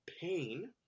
pain